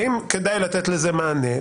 האם כדאי לתת לזה מענה,